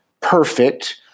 perfect